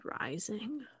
rising